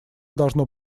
должно